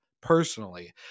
personally